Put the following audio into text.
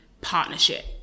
partnership